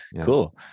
Cool